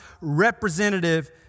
representative